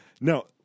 No